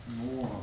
no ah